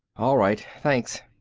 all right. thanks.